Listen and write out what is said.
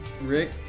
Rick